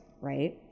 right